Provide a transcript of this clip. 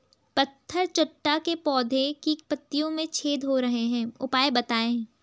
पत्थर चट्टा के पौधें की पत्तियों में छेद हो रहे हैं उपाय बताएं?